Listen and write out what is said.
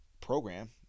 program